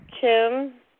Kim